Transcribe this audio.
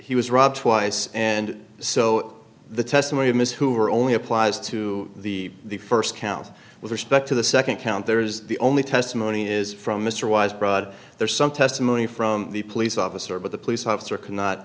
he was robbed twice and so the testimony of ms who are only applies to the the first count with respect to the second count there is the only testimony is from mr wise blood there's some testimony from the police officer but the police officer cannot